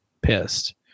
pissed